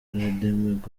redeemed